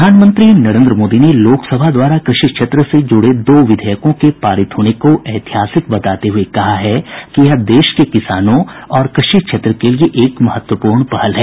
प्रधानमंत्री नरेन्द्र मोदी ने लोकसभा द्वारा कृषि क्षेत्र से जुड़े दो विधेयकों के पारित होने को ऐतिहासिक बताते हुए कहा है कि यह देश के किसानों और कृषि क्षेत्र के लिए एक महत्वपूर्ण पहल है